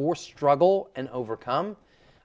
or struggle and overcome